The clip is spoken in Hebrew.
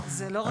זו לא רק פקודה.